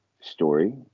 story